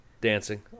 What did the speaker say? dancing